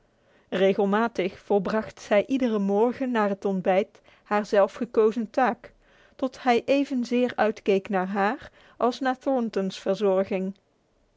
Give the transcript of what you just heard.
regelmatig volbracht zij iedere morgen na het ontbijt haar zelfgekozen taak tot hij evenzeer uitkeek naar haar als naar thornton's verzorging